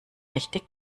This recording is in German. richtig